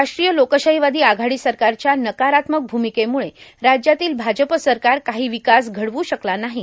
राष्ट्रीय लोकशाहोवार्दो आघाडी सरकारच्या नकारात्मक भूर्भामकेमुळे राज्यातील भाजप सरकार काहो र्वकास घडवू शकले नाहो